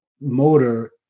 motor